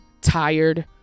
tired